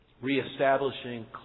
reestablishing